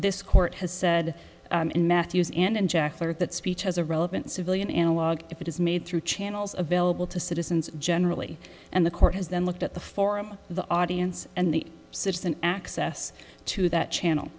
this court has said in matthews and jack for that speech has a relevant civilian analogue if it is made through channels available to citizens generally and the court has then looked at the forum the audience and the citizen access to that channel